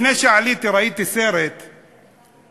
לפני שעליתי ראיתי סרט ב"יוטיוב",